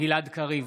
גלעד קריב,